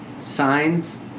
signs